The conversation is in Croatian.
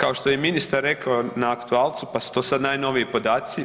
Kao što je i ministar rekao na aktualcu pa su to sada najnoviji podaci,